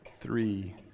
three